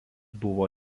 buvo